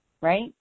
right